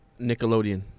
Nickelodeon